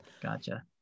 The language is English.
Gotcha